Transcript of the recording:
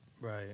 Right